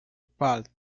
falls